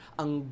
ang